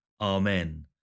Amen